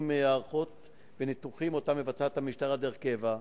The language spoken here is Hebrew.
מהערכות וניתוחים שמבצעת המשטרה דרך קבע.